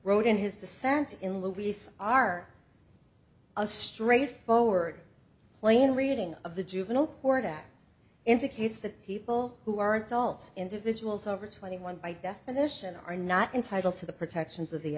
wrote in his dissent in luis are a straightforward plain reading of the juvenile court act indicates that people who are adults individuals over twenty one by definition are not entitled to the protections of the